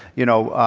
you know,